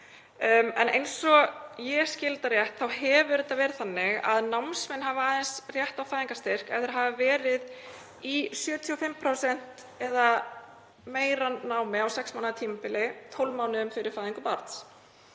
Eins og ég skil þetta hefur það verið þannig að námsmenn hafa aðeins rétt á fæðingarstyrk ef þeir hafa verið í 75% eða meira námi á sex mánaða tímabili 12 mánuðum fyrir fæðingu barns.